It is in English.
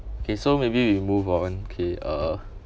okay so maybe we move on okay uh